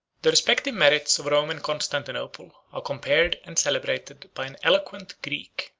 the respective merits of rome and constantinople are compared and celebrated by an eloquent greek,